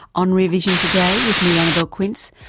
on rear vision today, with me, annabelle quince,